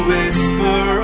whisper